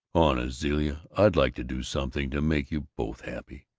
honest, zilla, i'd like to do something to make you both happy.